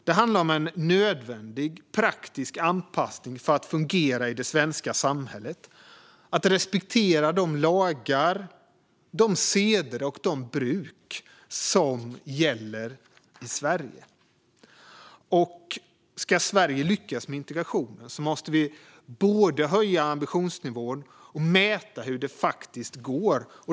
Det handlar om en nödvändig praktisk anpassning för att fungera i det svenska samhället - att respektera de lagar, seder och bruk som gäller i Sverige. Ska Sverige lyckas med integrationen måste vi både höja ambitionsnivån och mäta hur det faktiskt går.